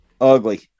Ugly